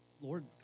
Lord